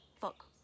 fuck